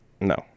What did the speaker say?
No